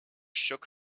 shook